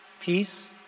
Peace